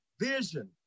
vision